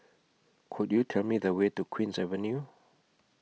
Could YOU Tell Me The Way to Queen's Avenue